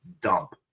dump